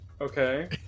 Okay